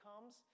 comes